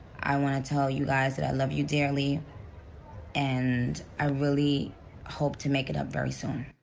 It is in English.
i want to tell you guys that i love you dearly and i really hope to make it up very soon.